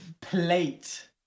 plate